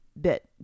bit